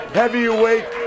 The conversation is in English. heavyweight